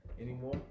anymore